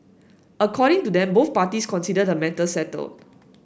according to them both parties consider the matter settled